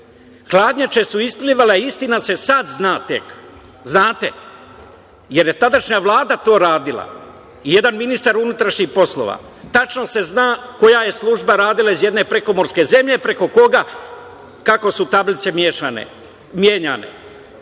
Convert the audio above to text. hladnjače su isplivale, a istina se sada zna tek. Znate, jer je tadašnja Vlada to radila i jedna ministar unutrašnjih poslova. Tačno se zna koja je služba radila iz jedna prekomorske zemlje preko koga, kako su tablice menjane. Dakle,